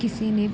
ਕਿਸੇ ਨੇ